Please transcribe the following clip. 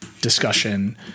discussion